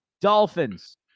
Dolphins